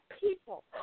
people